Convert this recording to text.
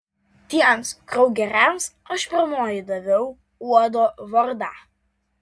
tiems kraugeriams aš pirmoji daviau uodo vardą